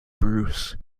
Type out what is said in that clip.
bruce